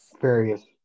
various